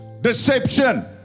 deception